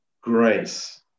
grace